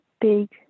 big